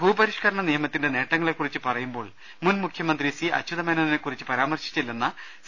ഭൂപരിഷ്കരണ നിയമത്തിന്റെ നേട്ടങ്ങളെക്കുറിച്ച് പറയുമ്പോൾ മുൻ മുഖ്യമ ന്ത്രി സി അച്യുതമേനോനെക്കുറിച്ച് പരാമർശിച്ചില്ലെന്ന സി